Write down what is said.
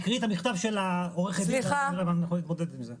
תקראי את המכתב של עורכת הדין --- להתמודד עם זה.